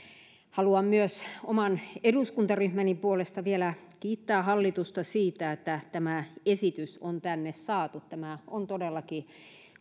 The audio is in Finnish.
haluan myös oman eduskuntaryhmäni puolesta vielä kiittää hallitusta siitä että tämä esitys on tänne saatu tämä on todellakin